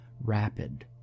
rapid